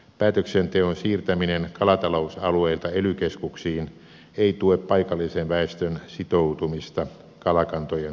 päätöksenteon siirtäminen kalatalousalueilta ely keskuksiin ei tue paikallisen väestön sitoutumista kalakantojen hoitoon